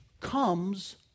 comes